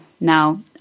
Now